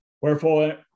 Wherefore